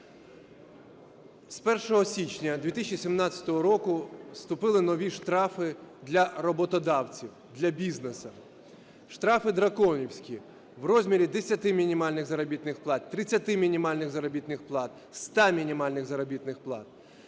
З 1 січня 2017 року вступили нові штрафи для роботодавців, для бізнесу, штрафи драконівські: в розмірі 10 мінімальних заробітних плат, 30 мінімальних заробітних плат, 100 мінімальних заробітних плат.